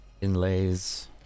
inlays